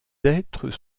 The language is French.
êtres